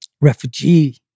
refugee